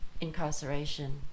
incarceration